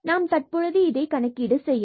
நாம் தற்பொழுது இதை கணக்கீடு செய்யலாம்